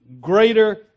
Greater